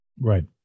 Right